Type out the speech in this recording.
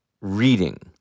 reading